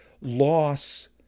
loss